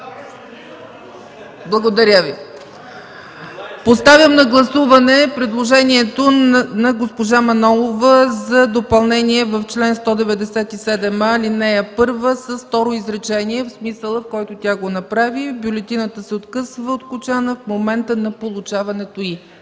Благодаря Ви. Поставям на гласуване предложението на госпожа Манолова за допълнение в чл. 197а, ал. 1 с второ изречение в смисъла, който тя го направи: „бюлетината се откъсва от кочана в момента на получаването й”.